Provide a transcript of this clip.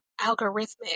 algorithmic